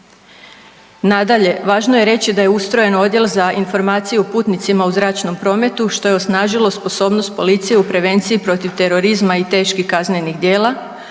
Nadalje, važno je reći da je ustrojen Odjel za informaciju o putnicima u zračnom prometu, što je osnažilo sposobnost policije u prevenciji protiv terorizma i teških kaznenih djela.